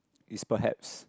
is perhaps